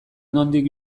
nondik